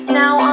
now